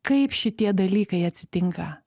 kaip šitie dalykai atsitinka